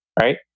Right